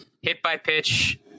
hit-by-pitch